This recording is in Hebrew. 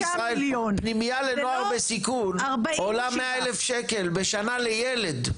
ופנימייה לנוער בסיכון בישראל עולה 100,000 שקלים בשנה לילד.